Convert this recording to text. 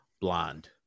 blonde